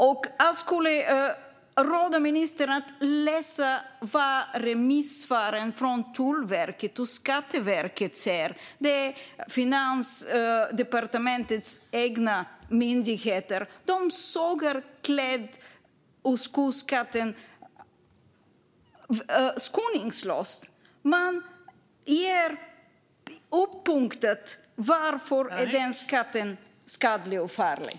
Jag skulle råda ministern att läsa remissvaren från Tullverket och Skatteverket, Finansdepartementets egna myndigheter. De sågar kläd och skoskatten skoningslöst. Man skriver uppunktat varför den skatten är skadlig och farlig.